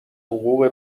حقوق